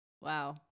Wow